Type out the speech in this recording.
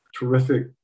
terrific